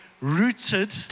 rooted